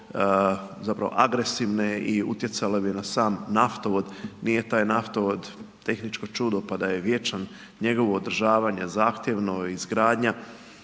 zapravo agresivne i utjecale bi na sam naftovod, nije taj naftovod tehničko čudo, pa da je vječan, njegovo održavanje zahtjevno, izgradnja